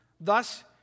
Thus